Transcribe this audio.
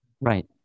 Right